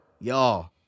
y'all